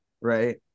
right